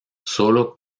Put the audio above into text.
sólo